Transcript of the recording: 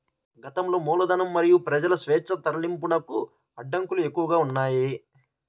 గతంలో మూలధనం మరియు ప్రజల స్వేచ్ఛా తరలింపునకు అడ్డంకులు ఎక్కువగా ఉన్నాయి